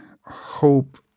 hope